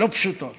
לא פשוטות.